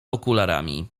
okularami